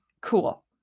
cool